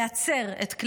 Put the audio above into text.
להצר את,